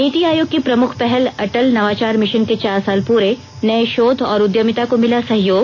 नीति आयोग की प्रमुख पहल अटल नवाचार भिशन के चार साल पूरे नये शोध और उद्यमिता को मिला सहयोग